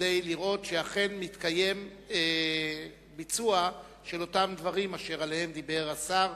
כדי לראות שאכן מתבצעים אותם דברים שעליהם דיבר השר,